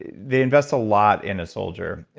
they invest a lot in a soldier.